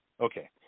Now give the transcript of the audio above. Okay